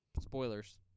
spoilers